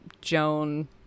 joan